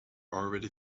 already